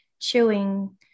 Chewing